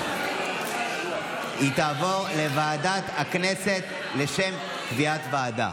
היא תעבור לוועדת הכנסת לשם קביעת ועדה.